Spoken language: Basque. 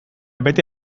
bete